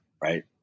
Right